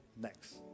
next